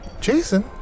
Jason